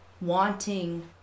wanting